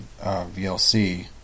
VLC